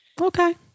Okay